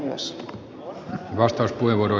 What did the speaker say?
arvoisa puhemies